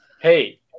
Hey